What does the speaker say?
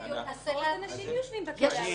--- רק שנייה.